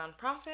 nonprofit